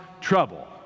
trouble